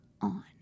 on